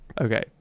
Okay